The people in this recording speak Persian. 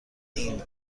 این